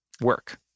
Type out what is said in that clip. work